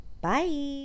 bye